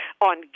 on